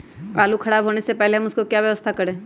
आलू खराब होने से पहले हम उसको क्या व्यवस्था करें?